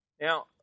Now